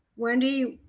wendy,